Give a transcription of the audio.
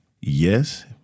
yes